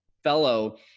Fellow